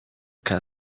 car